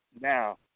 Now